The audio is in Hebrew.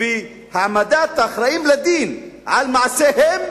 והעמדת האחראים לדין על מעשיהם,